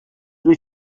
wyt